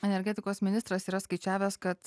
energetikos ministras yra skaičiavęs kad